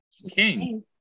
King